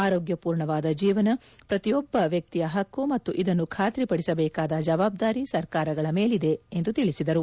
ಆರೋಗ್ಯಪೂರ್ಣವಾದ ಜೀವನ ಪ್ರತಿಯೊಬ್ಬ ವ್ಯಕ್ತಿಯ ಹಕ್ಕು ಮತ್ತು ಇದನ್ನು ಖಾತ್ರಿಪಡಿಸಬೇಕಾದ ಜವಾಬ್ದಾರಿ ಸರ್ಕಾರಗಳ ಮೇಲಿದೆ ಎಂದು ತಿಳಿಸಿದರು